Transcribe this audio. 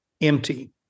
empty